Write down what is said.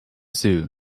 zoo